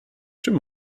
czym